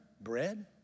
bread